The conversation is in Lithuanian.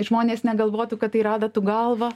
žmonės negalvotų kad tai yra adatų galvą